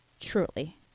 truly